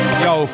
yo